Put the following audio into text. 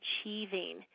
achieving